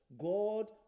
God